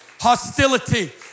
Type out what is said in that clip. hostility